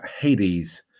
Hades